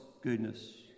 goodness